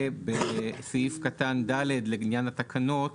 בסעיף קטן (ד), לעניין התקנות,